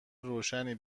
روشنی